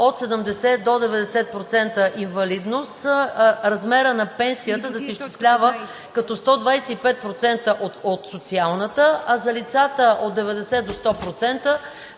от 70 до 90% инвалидност размерът на пенсията да се изчислява като 125% от социалната, а за лицата от 90 до 100%,